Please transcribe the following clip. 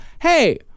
hey